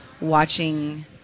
watching